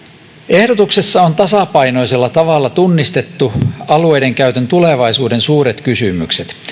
ehdotuksessa on tasapainoisella tavalla tunnistettu alueidenkäytön tulevaisuuden suuret kysymykset